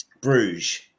Bruges